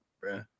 bro